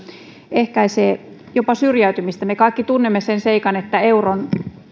ehkäisee jopa syrjäytymistä me kaikki tunnemme sen seikan että euron